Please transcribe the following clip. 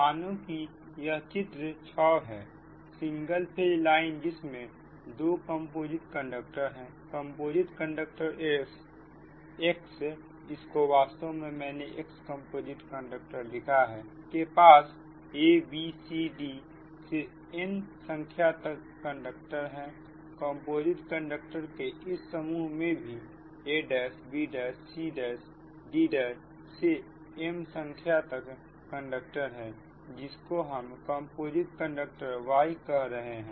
मानो की यह चित्र 6 हैसिंगल फेज लाइन जिसमें 2 कंपोजिट कंडक्टर हैकंपोजिट कंडक्टर X इसको वास्तव में मैंने X कंपोजिट कंडक्टर लिखा है के पास abcd से n संख्या तक कंडक्टर हैकंपोजिट कंडक्टर के इस समूह में भी a'b'c'd' से m संख्या तक कंडक्टर है जिसको हम कंपोजिट कंडक्टर Y कह रहे हैं